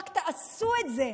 רק תעשו את זה.